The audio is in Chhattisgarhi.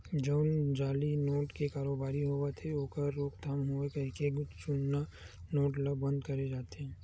जउन जाली नोट के कारोबारी होवत हे ओखर रोकथाम होवय कहिके जुन्ना नोट ल बंद करे जाथे